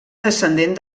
descendent